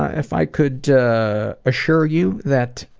ah if i could assure you that,